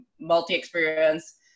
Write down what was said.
multi-experience